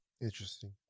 Interesting